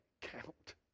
count